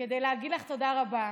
כדי להגיד לך תודה רבה.